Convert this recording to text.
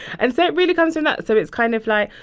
and so it really comes from that. so it's kind of like,